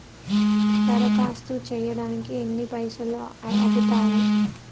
దరఖాస్తు చేయడానికి ఎన్ని పైసలు అవుతయీ?